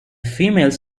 females